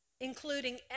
including